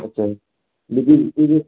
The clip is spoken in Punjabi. ਅੱਛਾ ਜੀ